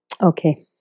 Okay